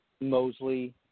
Mosley